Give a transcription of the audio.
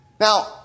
Now